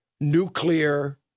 nuclear